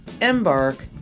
embark